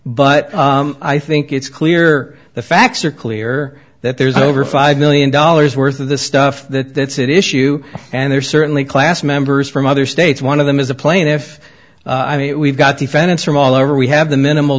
haven't but i think it's clear the facts are clear that there's over five million dollars worth of the stuff that that issue and they're certainly class members from other states one of them is a plane if we've got defendants from all over we have the minimal